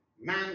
man